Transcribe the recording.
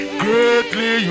greatly